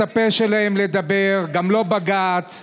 אף אחד לא יחסום את הפה שלהם לדבר, גם לא בג"ץ.